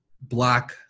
Black